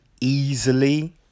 easily